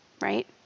right